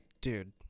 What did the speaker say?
Dude